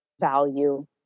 value